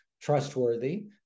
Trustworthy